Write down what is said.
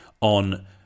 on